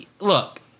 look